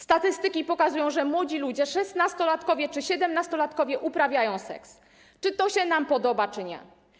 Statystyki pokazują, że młodzi ludzie, szesnastolatkowie czy siedemnastolatkowie, uprawiają seks - czy to się nam podoba, czy nie.